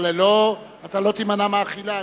אבל לא תימנע מאכילה.